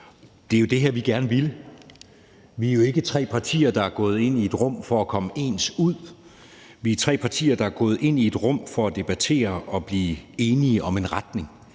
Det er jo det her, vi gerne ville. Vi er jo ikke tre partier, der er gået ind i et rum for at komme ens ud, men vi er tre partier, der er gået ind i et rum for at debattere og blive enige om en retning.